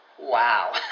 Wow